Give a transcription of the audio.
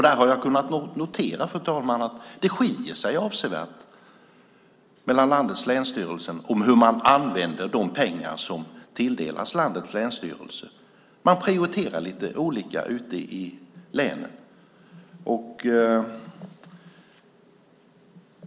Där har jag kunnat notera, fru talman, att det skiljer sig avsevärt mellan landets länsstyrelser hur man använder de pengar som tilldelas. Man prioriterar lite olika ute i länen.